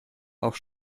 auch